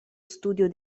studio